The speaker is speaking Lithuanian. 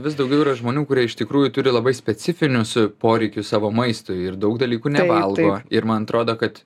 vis daugiau yra žmonių kurie iš tikrųjų turi labai specifinius poreikius savo maistui ir daug dalykų nevalgo ir man atrodo kad